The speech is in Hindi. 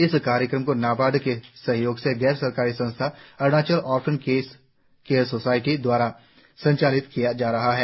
इस कार्यक्रम को नाबार्ड के सहयोग से गैर सरकारी संस्था अरुणाचल ऑरफेन केयर सोसायटी द्वारा संचालित किया जा रहा है